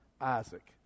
Isaac